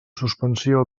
suspensió